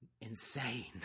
insane